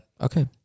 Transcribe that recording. okay